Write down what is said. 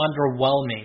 underwhelming